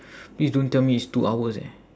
please don't tell me it's two hours eh